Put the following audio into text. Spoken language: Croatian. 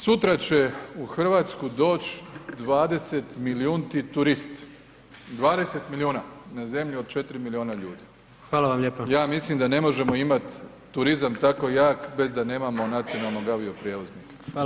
Sutra će u Hrvatsku doći 20 milijunti turist, 20 miliona na zemlju od 4 miliona ljudi [[Upadica: Hvala vam lijepa.]] ja mislim da ne možemo imat turizam tako jak bez da nemamo nacionalnog avio prijevoznika.